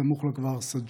סמוך לכפר סאג'ור.